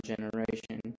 generation